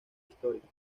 histórico